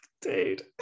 Dude